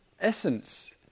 essence